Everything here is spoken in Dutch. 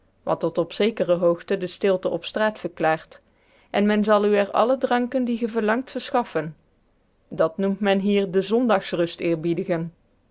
wat tot op zekere hoogte de stilte op straat verklaart en men zal u er alle dranken die ge verlangt verschaffen dat noemt men hier de zondagsrust eerbiedigen